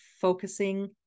focusing